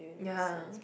ya